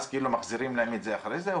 אז מחזירים להם את זה אחרי זה?